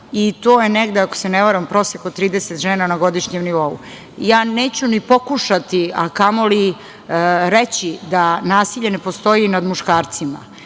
i to je negde, ako se ne varam, prosek od 30 žena na godišnjem nivou. Neću ni pokušati, a kamoli reći da nasilje ne postoji i nad muškarcima,